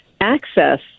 access